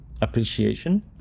appreciation